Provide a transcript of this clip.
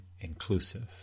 inclusive